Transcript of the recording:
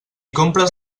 compres